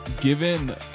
given